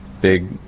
big